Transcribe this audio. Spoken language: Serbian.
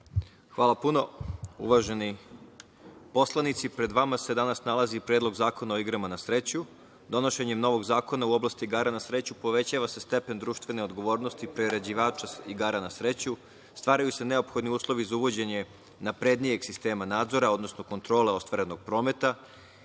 Hvala puno. Uvaženi poslanici, pred vama se danas nalazi Predlog zakona o igrama na sreću. Donošenjem novog zakona u oblasti igara na sreću povećava se stepen društvene odgovornosti priređivača igara na sreću, stvaraju se neophodni uslovi za uvođenje naprednijeg sistema nadzora, odnosno kontrole ostvarenog prometa.